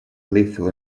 lethal